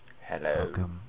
Hello